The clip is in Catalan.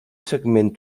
segment